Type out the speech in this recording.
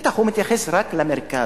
בטח הוא מתייחס רק למרכז.